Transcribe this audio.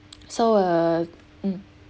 so err mm